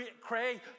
cray